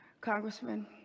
Congressman